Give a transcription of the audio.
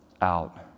out